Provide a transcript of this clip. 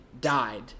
died